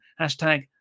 Hashtag